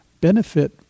benefit